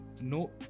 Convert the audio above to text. No